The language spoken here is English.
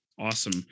awesome